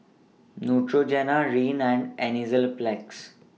Neutrogena Rene and Enzyplex